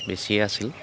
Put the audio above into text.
বেছিয়ে আছিল